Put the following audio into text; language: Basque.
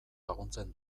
laguntzen